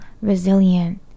resilient